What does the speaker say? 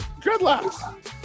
Dreadlocks